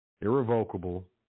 Irrevocable